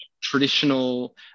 traditional